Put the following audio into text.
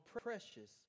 precious